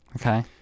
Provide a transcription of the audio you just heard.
okay